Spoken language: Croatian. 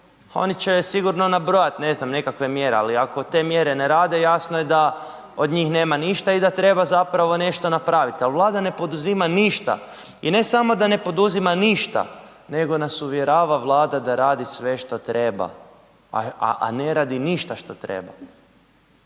Oni će sigurno nabrojati ne znam nekakve mjere ali ako te mjere ne rade jasno je da od njih nema ništa i da treba zapravo nešto napraviti. Ali Vlada ne poduzima ništa. I ne samo da ne poduzima ništa nego nas uvjerava Vlada da radi sve što treba a ne radi ništa što treba.